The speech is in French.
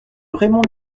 raymond